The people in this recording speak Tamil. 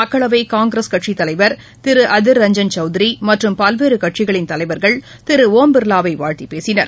மக்களவை காங்கிரஸ் கட்சித் தலைவர் திரு அதிர் ரஞ்சன் சௌத்ரி மற்றும் பல்வேறு கட்சிகளின் தலைவர்கள் திரு ஒம் பிர்லாவை வாழ்த்தி பேசினர்